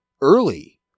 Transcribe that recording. Early